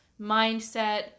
mindset